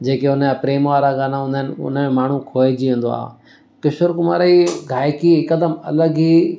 जेका हुन जा प्रेम वारा गाना हूंदा आहिनि हुन में माण्हू खोएजी वेंदो आहे किशोर कुमार जी गाइकी हिकदमि अलॻि ई